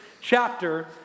chapter